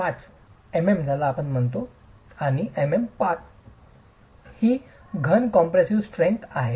5 आणि MM 5 म्हणाला ही घन कॉम्प्रेसीव स्ट्रेंग्थ आहे